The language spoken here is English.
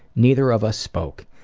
neither of us spoke.